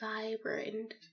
vibrant